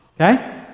okay